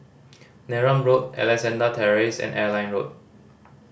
Neram Road Alexandra Terrace and Airline Road